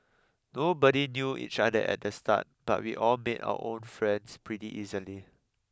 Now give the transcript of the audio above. nobody knew each other at the start but we all made our own friends pretty easily